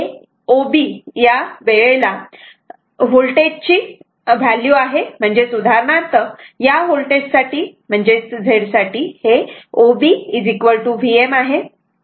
हे OB या वेळेला व्होल्टेजची आहे म्हणजेच उदाहरणार्थ या होल्टेज Z साठी OB Vm आहे